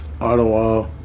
Ottawa